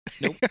Nope